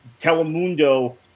Telemundo